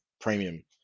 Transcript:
premium